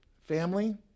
Family